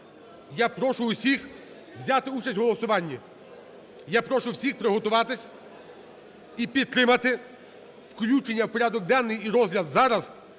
Я прошу усіх взяти участь в голосуванні. Я прошу всіх приготуватись і підтримати включення в порядок денний. І розгляд зараз